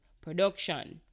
production